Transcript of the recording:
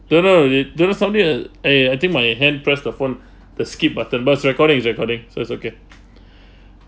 don't know it don't know something uh eh I think my hand pressed the phone the skip button but it's recording it's recording so it's okay